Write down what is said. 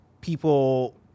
people